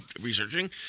researching